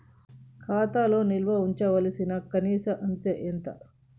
ఖాతా లో నిల్వుంచవలసిన కనీస అత్తే ఎంత?